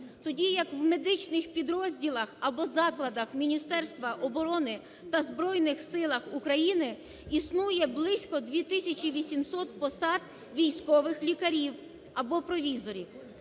тоді як в медичних підрозділах або закладах Міністерства оборони та Збройних Силах України існує близько 2 тисячі 800 посад військових лікарів або провізорів,